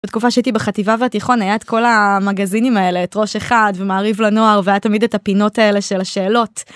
תקופה שהייתי בחטיבה והתיכון היה את כל המגזינים האלה את ראש אחד ומעריב לנוער והיה תמיד את הפינות האלה של השאלות.